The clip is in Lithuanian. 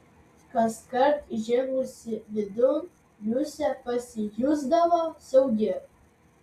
kaskart įžengusi vidun liusė pasijusdavo saugi